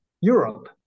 Europe